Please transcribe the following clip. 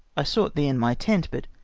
i sought thee in my tent, but,